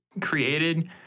created